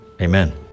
Amen